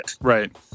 right